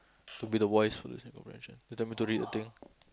to be the voice for listening comprehension they tell me to read the thing